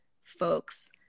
folks